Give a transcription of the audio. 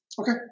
Okay